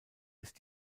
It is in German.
ist